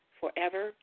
forever